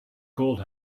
gold